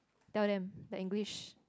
tell them their English